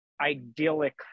idyllic